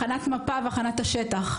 הכנת מפה והכנת השטח.